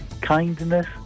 Kindness